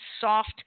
soft